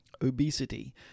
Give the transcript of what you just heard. Obesity